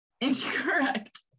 Incorrect